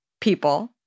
people